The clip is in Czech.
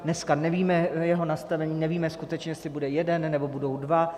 Dneska nevíme jeho nastavení, nevíme skutečně, jestli bude jeden, nebo budou dva.